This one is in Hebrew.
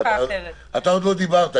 אתה עוד לא דיברת?